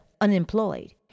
unemployed